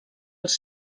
els